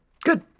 Good